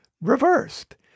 reversed